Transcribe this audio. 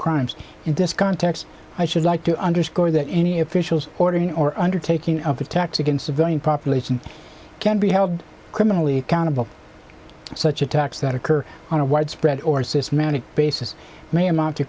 crimes in this context i should like to underscore that any officials ordering or undertaking of attacks against civilian population can be held criminally accountable such attacks that occur on a widespread or systematic basis may amount